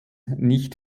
nicht